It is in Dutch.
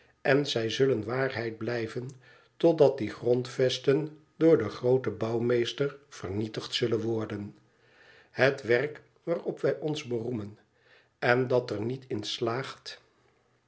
en zij zullen waarheid blijven totdat die grondvesten door den grooten bouwmeester vernietigd zullen worden het werk waarop wij ons beroemen en dat er niet in slaagt